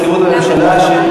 צריך לדבר עם מזכירות הממשלה שהיא,